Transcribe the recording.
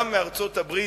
גם מארצות-הברית,